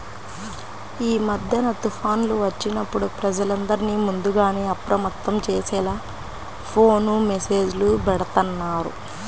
యీ మద్దెన తుఫాన్లు వచ్చినప్పుడు ప్రజలందర్నీ ముందుగానే అప్రమత్తం చేసేలా ఫోను మెస్సేజులు బెడతన్నారు